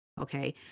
okay